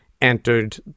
entered